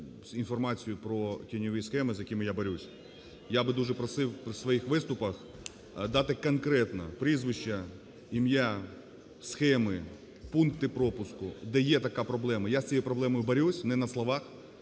інформацією про тіньові схеми, з якими я борюсь. Я би дуже просив в своїх виступах дати конкретно прізвища, ім'я, схеми, пункти пропуску, де є така проблема. Я з цією проблемою борюсь не на словах,